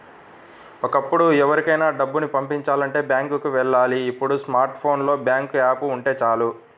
ఒకప్పుడు ఎవరికైనా డబ్బుని పంపిచాలంటే బ్యాంకులకి వెళ్ళాలి ఇప్పుడు స్మార్ట్ ఫోన్ లో బ్యాంకు యాప్ ఉంటే చాలు